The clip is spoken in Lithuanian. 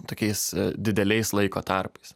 tokiais dideliais laiko tarpais